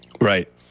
Right